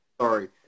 Sorry